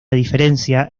diferencia